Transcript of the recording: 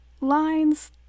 lines